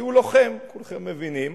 כי הוא לוחם, כולכם מבינים.